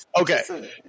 Okay